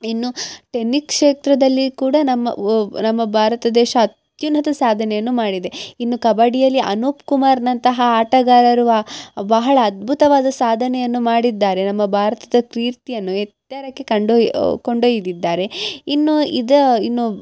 ಇನ್ನು ಟೆನ್ನಿಕ್ ಕ್ಷೇತ್ರದಲ್ಲಿ ಕೂಡ ನಮ್ಮ ಒ ನಮ್ಮ ಭಾರತ ದೇಶ ಅತ್ಯುನ್ನತ ಸಾಧನೆಯನ್ನು ಮಾಡಿದೆ ಇನ್ನು ಕಬಡ್ಡಿಯಲ್ಲಿ ಅನೂಪ್ ಕುಮಾರ್ನಂತಹ ಆಟಗಾರರು ಬಹಳ ಅದ್ಬುತವಾದ ಸಾಧನೆಯನ್ನು ಮಾಡಿದ್ದಾರೆ ನಮ್ಮ ಭಾರತದ ಕೀರ್ತಿಯನ್ನು ಎತ್ತರಕ್ಕೆ ಕಂಡೊಯ್ ಕೊಂಡೊಯ್ದಿದ್ದಾರೆ ಇನ್ನು ಇದ ಇನ್ನು